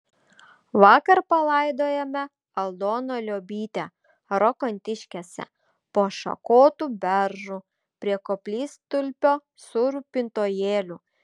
vakar palaidojome aldoną liobytę rokantiškėse po šakotu beržu prie koplytstulpio su rūpintojėliu